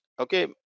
okay